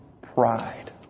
pride